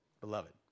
beloved